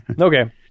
Okay